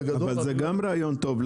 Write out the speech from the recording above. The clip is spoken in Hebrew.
זה גם רעיון טוב,